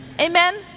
Amen